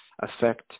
affect